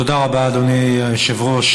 תודה רבה, אדוני היושב-ראש.